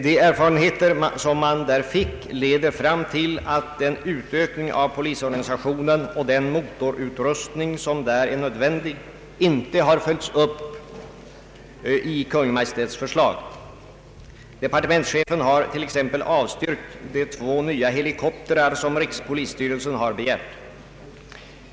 De erfarenheter som man där fick leder fram till att den utökning av polisorganisationen och den motorutrustning som där är nödvändig inte har följts upp i Kungl. Maj:ts förslag. Departementschefen har t.ex. avstyrkt inköp av de två nya helikoptrar som rikspolisstyrelsen har begärt.